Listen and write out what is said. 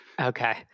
okay